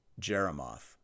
Jeremoth